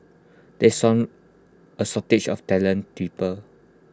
there is sun A shortage of talented people